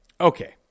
Okay